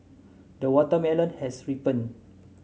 the watermelon has ripened